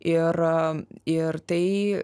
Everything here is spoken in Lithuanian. ir ir tai